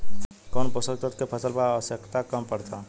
कौन पोषक तत्व के फसल पर आवशयक्ता कम पड़ता?